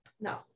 no